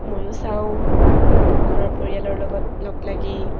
ময়ো চাওঁ ঘৰৰ পৰিয়ালৰ লগত লগ লাগি